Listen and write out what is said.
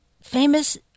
famous